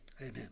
Amen